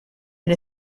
and